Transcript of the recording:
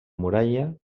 muralla